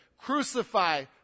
crucify